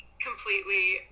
completely